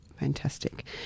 Fantastic